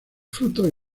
frutos